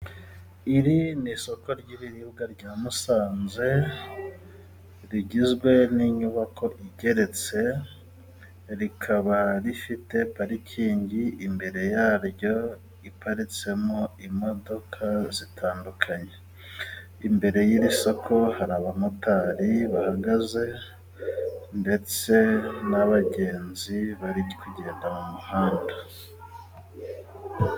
Iri ni isoko ry'ibiribwa rya Musanze, rigizwe n'inyubako igeretse rikaba rifite parikingi imbere yaryo iparitsemo imodoka zitandukanye, imbere y'iri soko hari abamotari bahagaze ndetse n'abagenzi bari kugenda mu muhanda.